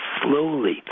slowly